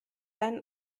ein